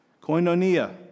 Koinonia